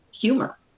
humor